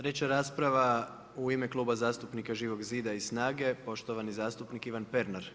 3 rasprava u ime Kluba zastupnika Živog zida i SNAGA-e, poštovani zastupnik Ivan Pernar.